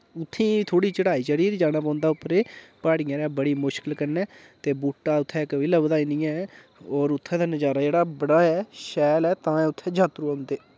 उत्थै थोड़ी चढ़ाई चढ़ियै जाना पौंदा उप्परे पहाड़िये दा बड़ी मुश्किल कन्नै ते बुह्टा उत्थै एक बी लब्बदा नेईं ऐ और उत्थै दा नजारा जेह्ड़ा बड़ा ऐ शैल ऐ ता उत्थै जातरू आंदे